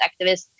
activists